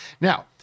Now